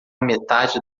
metade